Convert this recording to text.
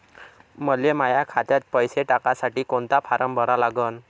मले माह्या खात्यात पैसे टाकासाठी कोंता फारम भरा लागन?